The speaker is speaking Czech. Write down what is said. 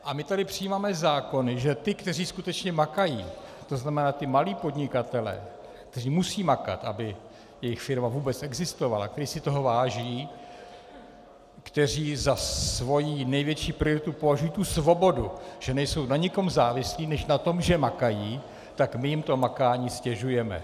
A my tady přijímáme zákony, že ti, kteří skutečně makají, to znamená ti malí podnikatelé, kteří musí makat, aby jejich firma vůbec existovala, kteří si toho váží, kteří za svoji největší prioritu považují svobodu, že nejsou na nikom závislí než na tom, že makají, tak my jim to makání ztěžujeme.